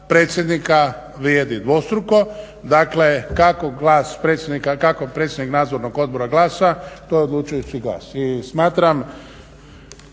predsjednika, kako predsjednik nadzornog odbora glasa to je odlučujući glas.